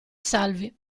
salvi